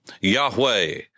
Yahweh